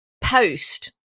post